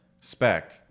spec